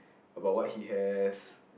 about what he has